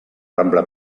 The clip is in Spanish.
rambla